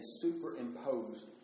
superimposed